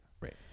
right